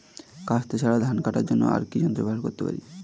কাস্তে ছাড়া ধান কাটার জন্য আর কি যন্ত্র ব্যবহার করতে পারি?